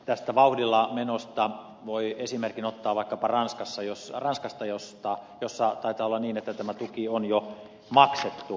tästä vauhdilla menosta voi esimerkin ottaa vaikkapa ranskasta jossa taitaa olla niin että tämä tuki on jo maksettu